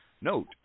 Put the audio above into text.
note